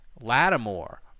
Lattimore